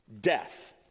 death